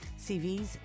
CVs